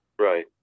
Right